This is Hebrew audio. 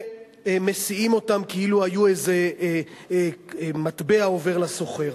שמשיאים אותן כאילו היו איזה מטבע עובר לסוחר.